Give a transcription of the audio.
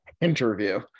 interview